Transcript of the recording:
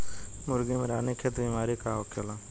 मुर्गी में रानीखेत बिमारी का होखेला?